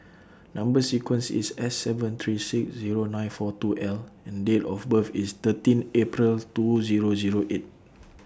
Number sequence IS S seven three six Zero nine four two L and Date of birth IS thirteen April's two Zero Zero eight